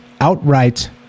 outright